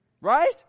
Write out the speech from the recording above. Right